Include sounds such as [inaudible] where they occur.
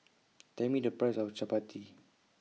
[noise] Tell Me The Price of Chapati